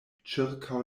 ĉirkaŭ